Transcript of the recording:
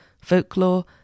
folklore